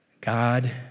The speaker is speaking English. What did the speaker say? God